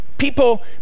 people